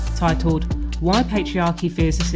titled why patriarchy fears the